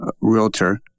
realtor